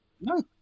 no